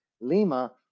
Lima